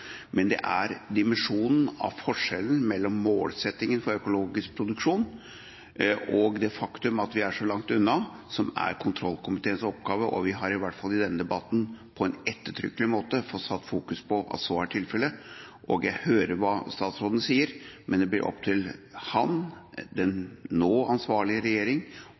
men det er dimensjonen på forskjellen mellom målsettingen for økologisk produksjon og det faktum at vi er så langt unna, som er kontroll- og konstitusjonskomiteens oppgave. Vi har i hvert fall i denne debatten ettertrykkelig lagt vekt på at så er tilfellet. Jeg hører hva statsråden sier, men det blir opp til han, den nå ansvarlige regjering